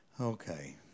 Okay